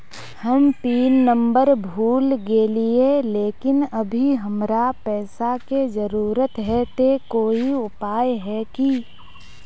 हम pin number भूल गेलिये लेकिन अभी हमरा पैसा के जरुरत है ते कोई उपाय है की?